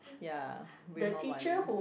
ya bring more money